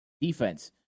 defense